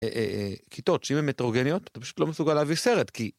כיתות שאם הם הטרוגניות אתה פשוט לא מסוגל להביא סרט כי.